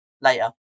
Later